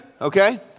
okay